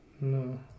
No